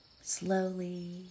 Slowly